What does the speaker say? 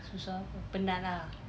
susah apa penat lah